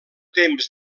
temps